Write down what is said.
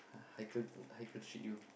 Haikal Haikal treat you